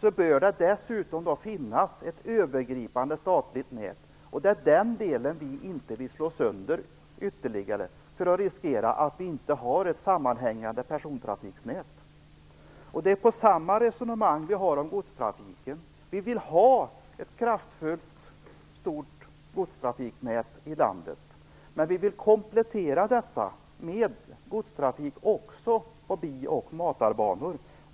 bör det dessutom finnas ett övergripande statligt nät. Det är den delen vi inte vill slå sönder ytterligare så att vi riskerar att inte ha ett sammanhängande persontrafiknät. Det är samma resonemang vi har om godstrafiken. Vi vill ha ett kraftfullt stort godstrafiknät i landet, men vi vill komplettera detta med godstrafik också på bi och matarbanor.